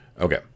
Okay